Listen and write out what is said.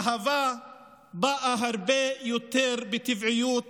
אהבה באה הרבה יותר בטבעיות